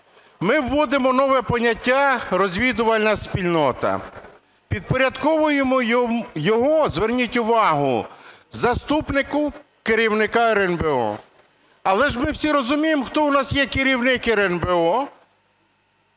ми вводимо нове поняття "розвідувальна спільнота", підпорядковуємо її, зверніть увагу, заступнику керівника РНБО. Але ж ми всі розуміємо, хто у нас є керівник РНБО